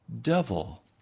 devil